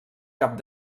cap